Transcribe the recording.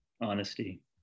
Honesty